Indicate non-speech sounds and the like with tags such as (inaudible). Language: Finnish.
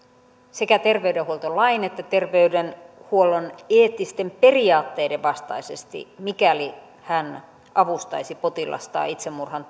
sekä terveydenhuoltolain että terveydenhuollon eettisten periaatteiden vastaisesti mikäli hän avustaisi potilastaan itsemurhan (unintelligible)